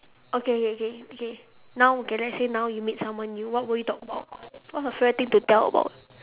okay K K K K now okay let's say you meet someone new what would you talk about what's your favourite thing to tell about